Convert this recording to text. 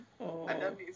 oh